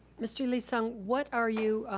mr. lee-sung, what are you,